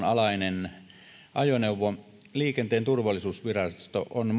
alainen ajoneuvo liikenteen turvallisuusvirasto on